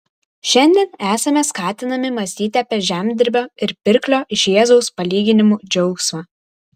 šiandien esame skatinami mąstyti apie žemdirbio ir pirklio iš jėzaus palyginimų džiaugsmą